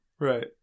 Right